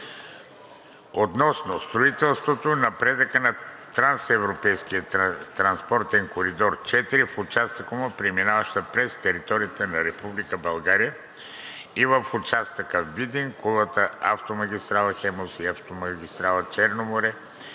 относно строителството и напредъка на трансевропейския транспортен коридор IV в частта му, преминаваща през територията на Република България в участъка Видин – Кулата, автомагистрала „Хемус“ и автомагистрала „Черно море“.